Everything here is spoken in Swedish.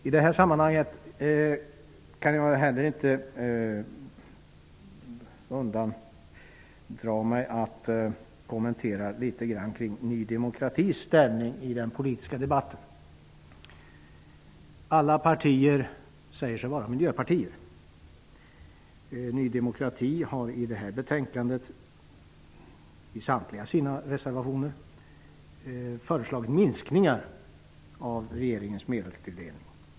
I detta sammanhang kan jag heller inte undgå att kommentera Ny demokratis ställningstagande i den politiska debatten. Alla partier säger sig vara miljöpartier. Ny demokrati har i samtliga sina reservationer till detta betänkande föreslagit minskningar av regeringens föreslagna medelstilldelning.